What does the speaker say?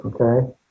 Okay